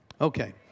Okay